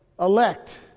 Elect